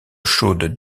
chaude